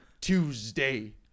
Tuesday